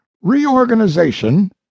Reorganization